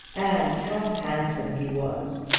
and how handsome he was,